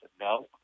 no